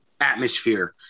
atmosphere